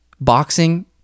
boxing